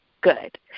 good